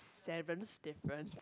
seventh different